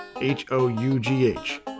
h-o-u-g-h